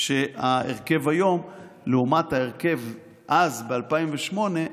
שההרכב היום לעומת הרכב אז, ב-2008,